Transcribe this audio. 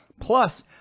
Plus